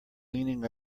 leaning